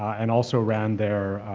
and also ran their